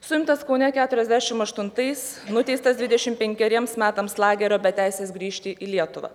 suimtas kaune keturiasdešim aštuntais nuteistas dvidešim penkeriems metams lagerio be teisės grįžti į lietuvą